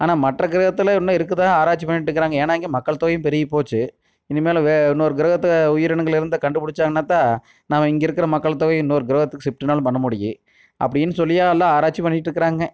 ஆனால் மற்ற கிரகத்தில் இன்னும் இருக்குதா ஆராய்ச்சி பண்ணிட்டுக்குறாங்க ஏன்னா இங்கே மக்கள் தொகையும் பெருகிப் போச்சி இனிமேல் வே இன்னொரு கிரகத்தை உயிரினங்கள் இருந்தால் கண்டுப்பிடிச்சாங்கன்னாத்தான் நம்ம இங்கே இருக்கிற மக்கள் தொகை இன்னொரு கிரகத்துக்கு ஷிஃப்ட்டுனாலும் பண்ண முடியும் அப்படியின்னு சொல்லியே எல்லா ஆராய்ச்சி பண்ணிட்டுக்குறாங்க